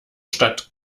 statt